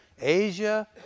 Asia